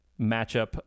matchup